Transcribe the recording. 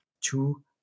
Two